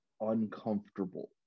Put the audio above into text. uncomfortable